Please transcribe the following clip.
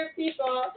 people